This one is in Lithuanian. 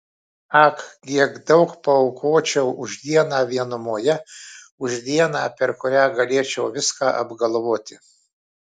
ak kiek daug paaukočiau už dieną vienumoje už dieną per kurią galėčiau viską apgalvoti